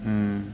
mm